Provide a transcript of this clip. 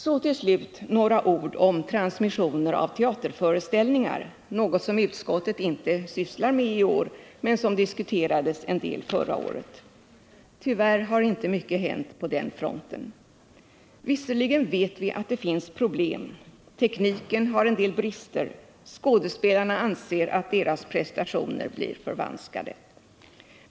Så till slut några ord om transmissioner av teaterföreställningar, något som utskottet inte sysslar med i år men som diskuterades en del förra året. Tyvärr har inte mycket hänt på den fronten. Visserligen vet vi att det finns problem: tekniken har en del brister, skådespelarna anser att deras prestationer blir förvanskade.